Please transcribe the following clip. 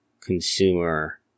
consumer